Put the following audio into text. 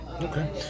Okay